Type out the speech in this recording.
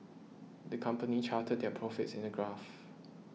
the company charted their profits in a graph